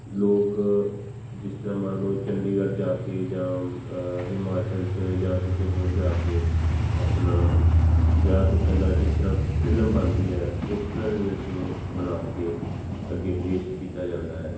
ਲੋਕ ਜਿਸ ਤਰ੍ਹਾਂ ਮੰਨ ਲਉ ਚੰਡੀਗੜ੍ਹ ਜਾ ਕੇ ਜਾਂ ਹਿਮਾਚਲ 'ਚ ਜਾਂ ਕਿਤੇ ਹੋਰ ਜਾ ਕੇ ਆਪਣਾ ਵਿਆਹ ਤੋਂ ਪਹਿਲਾਂ ਜਿਸ ਤਰ੍ਹਾਂ ਫ਼ਿਲਮ ਬਣਦੀ ਹੈ ਉਸ ਤਰ੍ਹਾਂ ਹੀ ਉਸ ਨੂੰ ਬਣਾ ਕੇ ਅੱਗੇ ਪੇਸ਼ ਕੀਤਾ ਜਾਂਦਾ ਹੈ